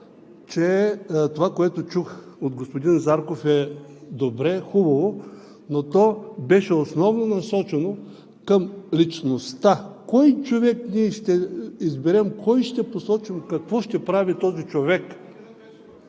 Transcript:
че това, което чух от господин Зарков, е добре и хубаво, но то беше основно насочено към личността: кой човек ние ще изберем, кой ще посочим, какво ще прави този човек?